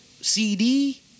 CD